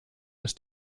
ist